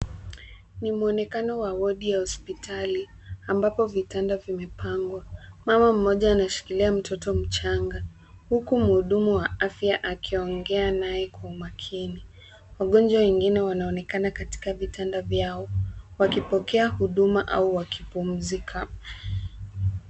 Ni muonekano wa wodi ya hospitali ambapo vitanda vimepangwa. Mama mmoja anashikilia mtoto mchanga huku mhudumu wa afya akiongea naye kwa umakini. Wagonjwa wengine wanaonekana katika vitanda vyao wakipokea huduma au wakipumzika.